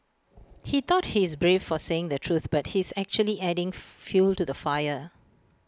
he thought he's brave for saying the truth but he's actually adding fuel to the fire